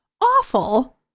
awful